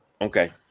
okay